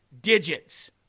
digits